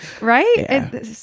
right